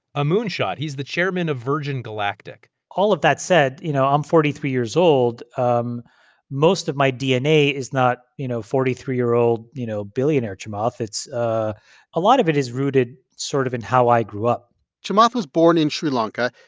a moon shot. he's the chairman of virgin galactic all of that said, you know, i'm forty three years old. um most of my dna is not, you know, forty three year old, you know, billionaire chamath. it's a lot of it is rooted sort of in how i grew up chamath was born in sri lanka.